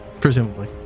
Presumably